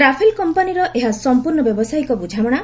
Rafale କମ୍ପାନୀର ଏହା ସମ୍ପର୍ଣ୍ଣ ବ୍ୟାବସାୟିକ ବୁଝାମଣା